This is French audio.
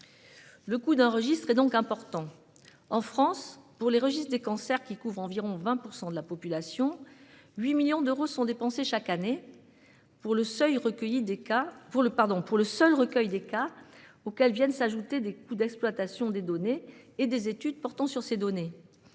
Le coût d'un registre est donc important. En France, pour les registres des cancers, qui couvrent environ 20 % de la population, 8 millions d'euros sont dépensés chaque année pour le seul recueil des cas, auxquels viennent s'ajouter les coûts d'exploitation des données et des études portant sur ces données.